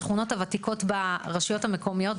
השכונות הוותיקות ברשויות המקומיות,